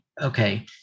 okay